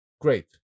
Great